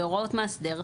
בהוראות מאסדר,